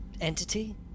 entity